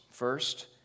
First